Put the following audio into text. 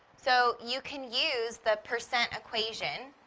so you can use the percent equation,